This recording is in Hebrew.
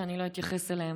שאני לא אתייחס אליהן,